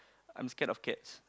I'm scared of cats